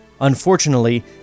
Unfortunately